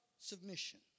submission